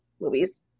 movies